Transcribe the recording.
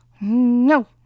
No